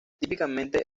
típicamente